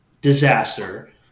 disaster